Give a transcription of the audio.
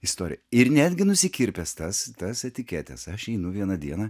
istoriją ir netgi nusikirpęs tas tas etiketes aš einu vieną dieną